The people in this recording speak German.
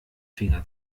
finger